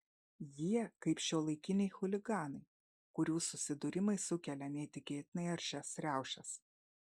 jie kaip šiuolaikiniai chuliganai kurių susidūrimai sukelia neįtikėtinai aršias riaušes